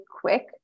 quick